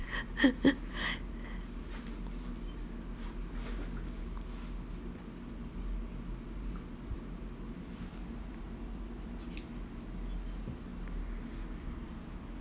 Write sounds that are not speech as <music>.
<laughs>